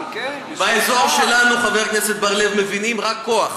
באזור שלנו, חבר הכנסת בר-לב, מבינים רק כוח.